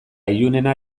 ilunena